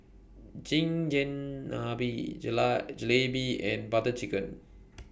Chigenabe Jalebi and Butter Chicken